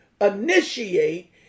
initiate